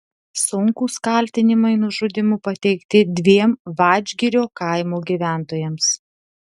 sunkūs kaltinimai nužudymu pateikti dviem vadžgirio kaimo gyventojams